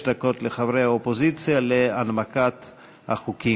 דקות לחברי האופוזיציה להנמקת החוקים.